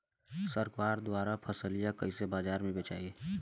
सरकार द्वारा फसलिया कईसे बाजार में बेचाई?